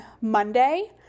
Monday